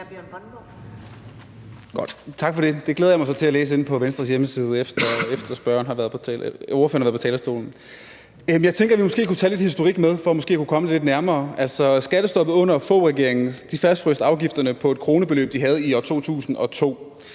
Skattestoppet under Foghregeringen fastfrøs afgifterne på et kronebeløb, de havde i år 2002.